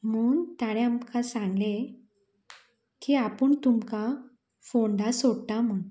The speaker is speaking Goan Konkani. म्हूण ताणें आमकां सांगलें की आपूण तुमकां फोंडा सोडटा म्हूण